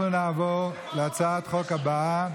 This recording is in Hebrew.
איפה האופוזיציה שלכם, תגיד לי?